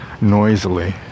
noisily